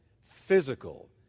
physical